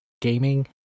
gaming